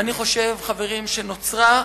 אני חושב, חברים, שנוצרה,